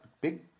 big